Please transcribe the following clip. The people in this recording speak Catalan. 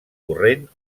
corrent